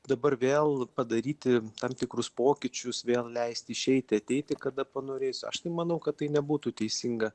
dabar vėl padaryti tam tikrus pokyčius vėl leisti išeiti ateiti kada panorėsiu aš tai manau kad tai nebūtų teisinga